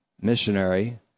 missionary